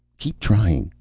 keep trying.